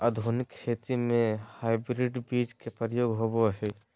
आधुनिक खेती में हाइब्रिड बीज के प्रयोग होबो हइ